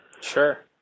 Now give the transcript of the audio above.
Sure